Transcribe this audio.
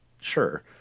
sure